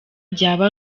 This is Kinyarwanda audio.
byaba